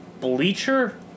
bleacher